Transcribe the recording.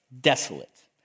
desolate